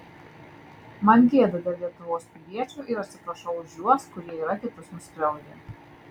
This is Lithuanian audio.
man gėda dėl lietuvos piliečių ir atsiprašau už juos kurie yra kitus nuskriaudę